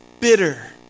bitter